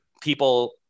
People